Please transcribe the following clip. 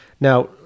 now